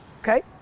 Okay